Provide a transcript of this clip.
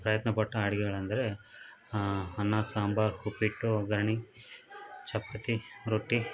ಪ್ರಯತ್ನ ಪಟ್ಟ ಅಡುಗೆಗಳೆಂದ್ರೆ ಅನ್ನ ಸಾಂಬಾರು ಉಪ್ಪಿಟ್ಟು ಒಗ್ಗರ್ಣೆ ಚಪಾತಿ ರೊಟ್ಟಿ